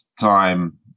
time